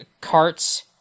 carts